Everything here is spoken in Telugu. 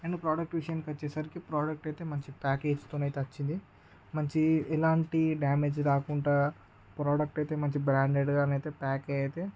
అండ్ ప్రోడక్ట్ విషయానికి వచ్చేసరికి మంచి ప్యాకేజ్తో ఐతే వచ్చింది మంచి ఎలాంటి డ్యామేజ్ రాకుంటా ప్రోడక్ట్ అయితే మంచి బ్రాండెడ్గా ఐతే ప్యాక్ అయ్యి అయితే